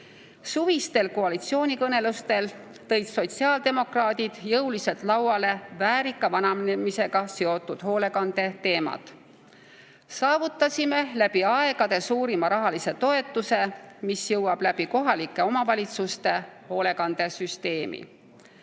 Suvistel koalitsioonikõnelustel tõid sotsiaaldemokraadid jõuliselt lauale väärika vananemisega seotud hoolekande teemad. Saavutasime läbi aegade suurima rahalise toetuse, mis jõuab kohalike omavalitsuste kaudu hoolekandesüsteemi.